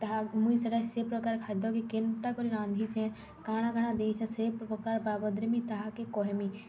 ତାହା ମୁଇଁ ସେଟା ସେ ପ୍ରକାର୍ ଖାଦ୍ୟକେ କେନ୍ତା କରି ରାନ୍ଧିଛେଁ କାଣା କାଣା ଦେଇଛେଁ ସେ ପ୍ରକାର୍ ବାବଦ୍ରେ ମୁଇଁ ତାହାକେ କହେମି